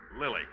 Lily